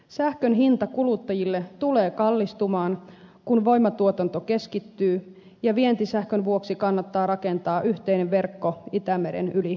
sähkön hinta kuluttajille tulee kallistumaan kun voimatuotanto keskittyy ja vientisähkön vuoksi kannattaa rakentaa yhteinen verkko itämeren yli keski eurooppaan